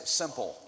simple